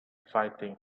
fighting